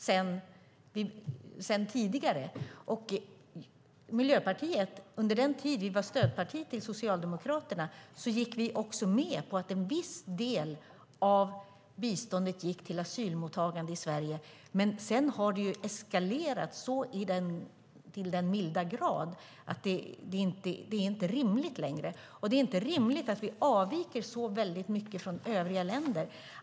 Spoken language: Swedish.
Under den tid som vi i Miljöpartiet var stödparti till Socialdemokraterna gick vi med på att en viss del av biståndet fick gå till asylmottagande i Sverige. Men sedan har det eskalerat så till den milda grad att det inte längre är rimligt. Det är inte rimligt att vi avviker så mycket från övriga länder.